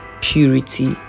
purity